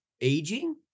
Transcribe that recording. aging